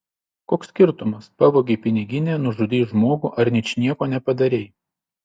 koks skirtumas pavogei piniginę nužudei žmogų ar ničnieko nepadarei